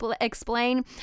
explain